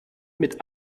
mit